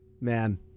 man